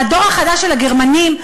והדור החדש של הגרמנים,